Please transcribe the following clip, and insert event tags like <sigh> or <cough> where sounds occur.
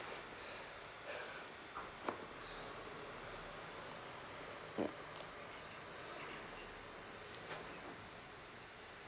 <breath> <noise>